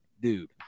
dude